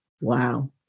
Wow